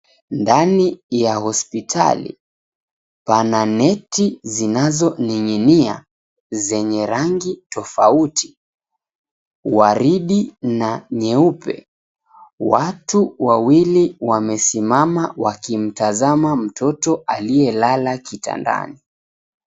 Ndani ya hospitali, pana miti zinazoning'inia, zenye rangi tofauti. Waridi na nyeupe. Watu wawili wamesimama wakimtazama mtoto aliyelala kitandani.